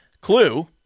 Clue